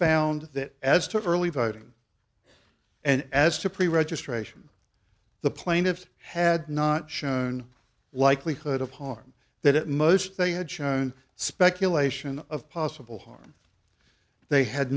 found that as to early voting and as to pre registration the plaintiffs had not shown likelihood of harm that at most they had shown speculation of possible harm they had